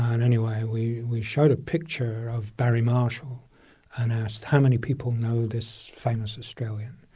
and anyway we we showed a picture of barry marshall and asked, how many people know this famous australian?